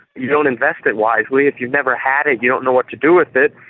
you don't invest it wisely. if you've never had it, you don't know what to do with it,